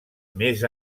més